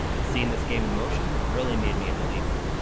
but seeing this game in motion really made me a believer.